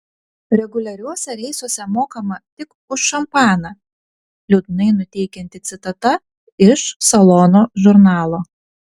reguliariuose reisuose mokama tik už šampaną liūdnai nuteikianti citata iš salono žurnalo